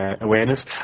awareness